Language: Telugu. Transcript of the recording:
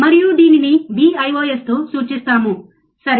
మరియు దీనిని Vios తో సూచిస్తాము సరే